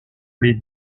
les